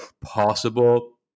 possible